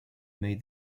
made